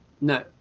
No